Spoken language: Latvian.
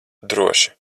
droši